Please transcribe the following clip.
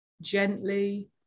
gently